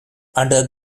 under